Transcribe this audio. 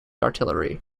artillery